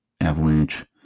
Avalanche